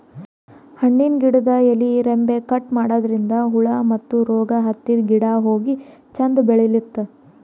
ಹಣ್ಣಿನ್ ಗಿಡದ್ ಎಲಿ ರೆಂಬೆ ಕಟ್ ಮಾಡದ್ರಿನ್ದ ಹುಳ ಮತ್ತ್ ರೋಗ್ ಹತ್ತಿದ್ ಗಿಡ ಹೋಗಿ ಚಂದ್ ಬೆಳಿಲಂತ್